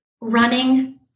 running